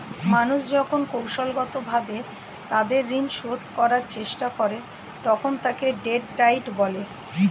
মানুষ যখন কৌশলগতভাবে তাদের ঋণ শোধ করার চেষ্টা করে, তখন তাকে ডেট ডায়েট বলে